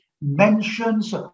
mentions